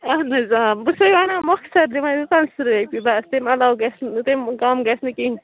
اہن حظ آ بہٕ چھِ سَے وَنان مۄخثر دِمَے بہٕ پانٛژھ تٕرٛہ رۄپیہِ بَس تٔمۍ علاوٕ گژھنہٕ تٔمۍ کَم گژھنہٕ کِہی